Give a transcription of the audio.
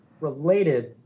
Related